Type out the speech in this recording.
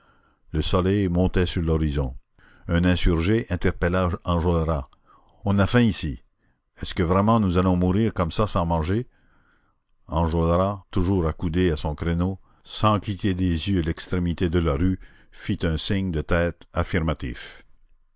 le soleil montait sur l'horizon un insurgé interpella enjolras on a faim ici est-ce que vraiment nous allons mourir comme ça sans manger enjolras toujours accoudé à son créneau sans quitter des yeux l'extrémité de la rue fit un signe de tête affirmatif